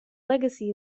legacy